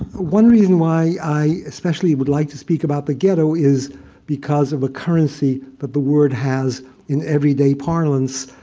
one reason why i especially would like to speak about the ghetto is because of a currency that the word has in everyday parlance.